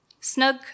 snug